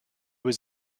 was